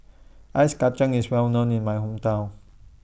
Ice Kachang IS Well known in My Hometown